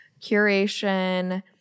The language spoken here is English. curation –